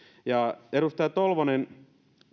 ja edustaja tolvanen